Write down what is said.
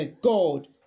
God